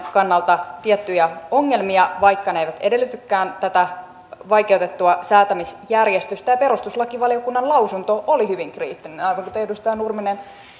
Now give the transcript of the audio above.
kannalta tiettyjä ongelmia vaikka ne eivät edellytäkään tätä vaikeutettua säätämisjärjestystä ja perustuslakivaliokunnan lausunto oli hyvin kriittinen aivan kuten edustaja nurminen